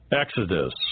Exodus